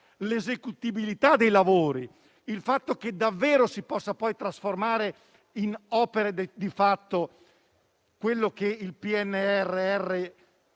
l'esecutività dei lavori, il fatto che davvero si possa poi trasformare in opere concrete quanto il PNRR